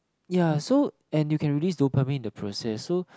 ya so and you can release dopamine in the process so